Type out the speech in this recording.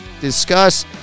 discuss